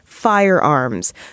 Firearms